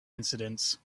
incidents